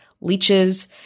leeches